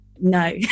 No